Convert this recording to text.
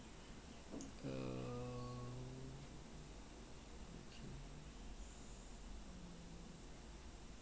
err okay